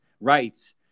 rights